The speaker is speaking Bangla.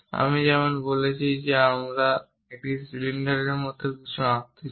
আমি যেমন বলেছি আমরা একটি সিলিন্ডারের মতো কিছু আঁকতে চাই